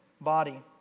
body